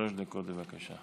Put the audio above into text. שלוש דקות, בבקשה.